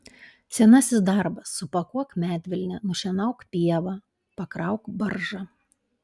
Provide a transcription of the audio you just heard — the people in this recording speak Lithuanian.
senasis darbas supakuok medvilnę nušienauk pievą pakrauk baržą